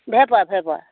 ভে পোৱা ভে পোৱা